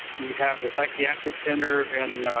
we have the psychiatric center in,